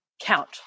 count